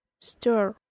stir